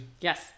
Yes